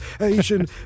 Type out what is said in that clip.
Asian